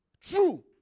True